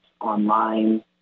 online